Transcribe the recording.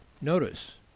Notice